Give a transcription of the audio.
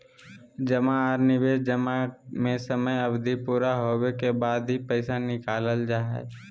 जमा आर निवेश जमा में समय अवधि पूरा होबे के बाद ही पैसा निकालल जा हय